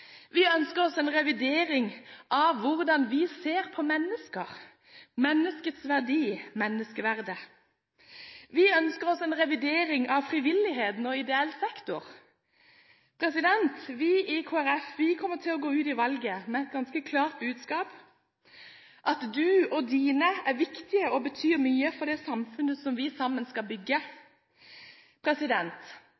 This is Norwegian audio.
Vi ønsker oss en revidering av hvordan vi ser på mennesker – menneskets verdi, menneskeverdet. Vi ønsker oss en revidering av frivilligheten og ideell sektor. Vi i Kristelig Folkeparti kommer til å gå ut i valget med et ganske klart budskap om at du og dine er viktige og betyr mye for det samfunnet som vi sammen skal bygge.